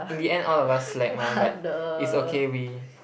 in the end all of us slack mah but it's okay we